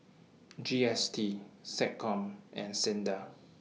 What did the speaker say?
G S T Seccom and SINDA